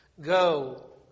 Go